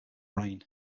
rain